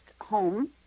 home